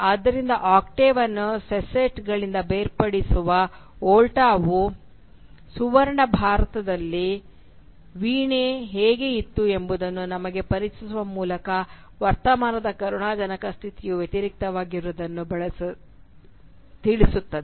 ಆದ್ದರಿಂದ ಆಕ್ಟೇವ್ ಅನ್ನು ಸೆಸ್ಟೆಟ್ಗಳಿಂದ ಬೇರ್ಪಡಿಸುವ ವೋಲ್ಟಾವು ಸುವರ್ಣ ಭೂತಕಾಲದಲ್ಲಿ ವೀಣೆ ಹೇಗೆ ಇತ್ತು ಎಂಬುದನ್ನು ನಮಗೆ ಪರಿಚಯಿಸುವ ಮೂಲಕ ವರ್ತಮಾನದ ಕರುಣಾಜನಕ ಸ್ಥಿತಿಯ ವ್ಯತಿರಿಕ್ತವಾದದ್ದನ್ನು ತಿಳಿಸುತ್ತದೆ